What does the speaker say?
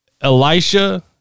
Elisha